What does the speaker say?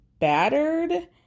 battered